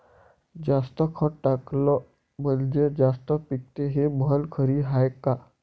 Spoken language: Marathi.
जास्त खत टाकलं म्हनजे जास्त पिकते हे म्हन खरी हाये का?